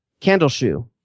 Candleshoe